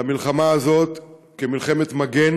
למלחמה הזאת כמלחמת מגן,